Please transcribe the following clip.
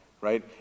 right